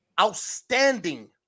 outstanding